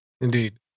indeed